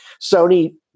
Sony